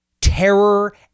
terror